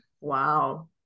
Wow